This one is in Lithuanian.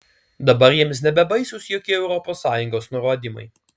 dabar jiems nebebaisūs jokie europos sąjungos nurodymai